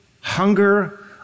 hunger